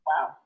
Wow